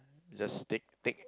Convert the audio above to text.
just take take